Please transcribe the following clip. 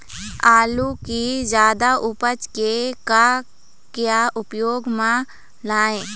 आलू कि जादा उपज के का क्या उपयोग म लाए?